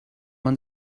man